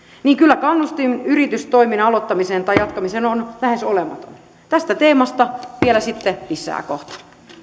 niin kyllä kannustin yritystoiminnan aloittamiseen tai jatkamiseen on lähes olematon tästä teemasta vielä lisää kohta